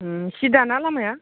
सिधाना लामाया